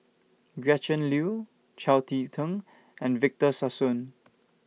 Gretchen Liu Chao Tzee Cheng and Victor Sassoon